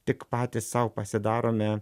tik patys sau pasidarome